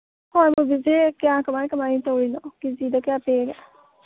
ꯍꯋꯥꯏ ꯃꯨꯕꯤꯁꯤ ꯀ꯭ꯌꯥ ꯀꯃꯥꯏ ꯀꯃꯥꯏ ꯇꯧꯔꯤꯅꯣ ꯀꯦꯖꯤꯗ ꯀ꯭ꯌꯥ ꯄꯤꯔꯤꯒꯦ